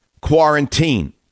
quarantine